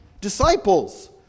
disciples